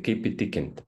kaip įtikinti